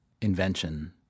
invention